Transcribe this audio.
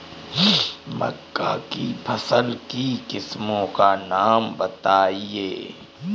मक्का की फसल की किस्मों का नाम बताइये